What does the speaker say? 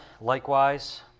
likewise